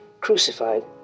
crucified